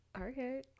Okay